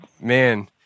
man